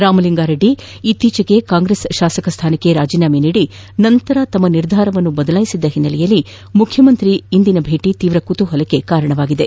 ರಾಮಲಿಂಗಾ ರೆಡ್ಡಿ ಇತ್ತೀಚೆಗೆ ಕಾಂಗ್ರೆಸ್ ಶಾಸಕ ಸ್ಡಾನಕ್ಕೆ ರಾಜೀನಾಮೆ ನೀಡಿ ನಂತರ ತಮ್ಮ ನಿರ್ಧಾರವನ್ನು ಬದಲಾಯಿಸಿದ್ದ ಹಿನ್ನೆಲೆಯಲ್ಲಿ ಮುಖ್ಯಮಂತ್ರಿ ಭೇಟಿ ತೀವ್ರ ಕುತೂಹಲಕ್ಕೆ ಕಾರಣವಾಗಿದೆ